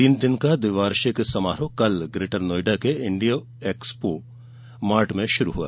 तीन दिन का द्विवार्षिक समारोह कल ग्रेटर नोएडा के इंडिया एक्सपो मार्ट में शुरू हुआ